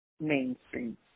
mainstream